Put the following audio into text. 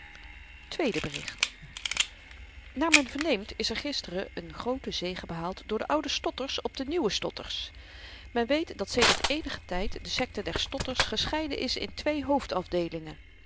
tweede bericht naar men verneemt is er gisteren een groote zege behaald door de oude stotters op de nieuwe stotters men weet dat sedert eenigen tyd de sekte der stotters gescheiden is in